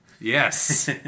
Yes